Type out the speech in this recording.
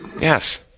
Yes